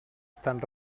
estan